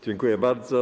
Dziękuję bardzo.